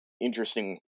interesting